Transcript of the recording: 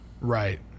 Right